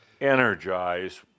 energize